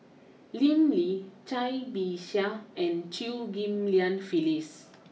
Lim Lee Cai Bixia and Chew Ghim Lian Phyllis